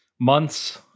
months